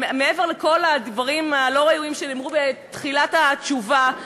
מעבר לכל הדברים הלא-ראויים שנאמרו בתחילת התשובה,